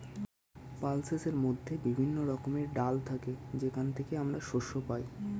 পালসেসের মধ্যে বিভিন্ন রকমের ডাল থাকে যেখান থেকে আমরা শস্য পাই